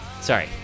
Sorry